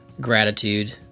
Gratitude